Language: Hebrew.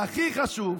והכי חשוב,